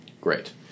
Great